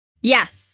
Yes